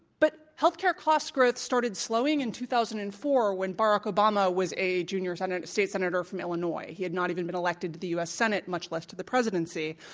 but health care cost growth started slowing in two thousand and four when barack obama was a junior state senator from illinois. he had not even beenelected to the u. s. senate, much less to the presidency.